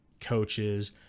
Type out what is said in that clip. coaches